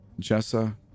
Jessa